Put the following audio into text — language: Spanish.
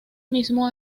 mismo